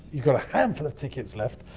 you got a handful of tickets left.